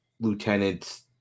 lieutenants